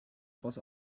vors